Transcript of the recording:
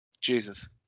Jesus